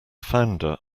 founder